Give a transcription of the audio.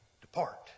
Depart